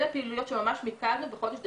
אלה פעילויות שמיקדנו בחודש ספטמבר,